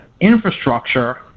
infrastructure